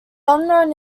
unknown